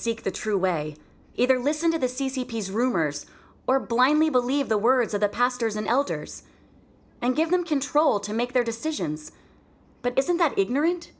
seek the true way either listen to the c p s rumors or blindly believe the words of the pastors and elders and give them control to make their decisions but isn't that ignorant